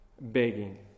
begging